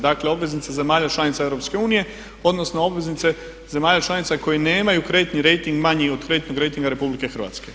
Dakle obveznice zemalja članica EU, odnosno obveznice zemalja članica koje nemaju kreditni rejting manji od kreditnog rejtinga RH.